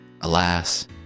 Alas